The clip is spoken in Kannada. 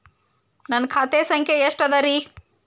ನನ್ನ ಖಾತೆ ಸಂಖ್ಯೆ ಎಷ್ಟ ಅದರಿ?